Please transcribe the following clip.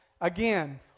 Again